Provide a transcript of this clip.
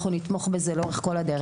אנחנו נתמוך בזה לאורך כל הדרך.